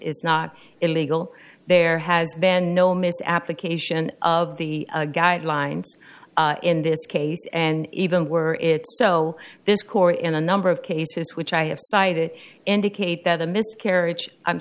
is not illegal there has been no missed application of the guidelines in this case and even were it so this court in a number of cases which i have cited indicate that a miscarriage i'm